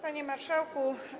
Panie Marszałku!